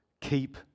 keep